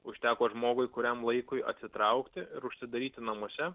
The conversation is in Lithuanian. užteko žmogui kuriam laikui atsitraukti ir užsidaryti namuose